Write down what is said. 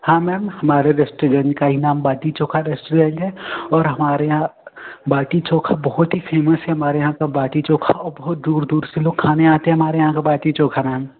हाँ मैम हमारे रेस्टुरेंट का इनाम बाटी चोखा रेस्टुरेंट है और हमारे यहाँ बाटी चोखा बहुत ही फेमस है हमारे यहाँ का बाटी चोखा और बहुत दूर दूर से लोग खाने आते हैं हमारे यहाँ का बाटी चोखा मैम